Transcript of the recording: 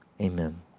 Amen